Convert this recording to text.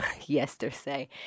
yesterday